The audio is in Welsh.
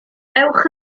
ewch